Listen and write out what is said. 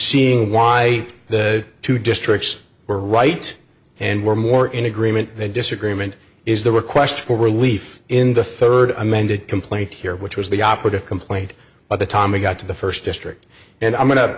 seeing why the two districts were right and were more in agreement the disagreement is the request for relief in the third amended complaint here which was the operative complaint by the time we got to the first district and i'm going to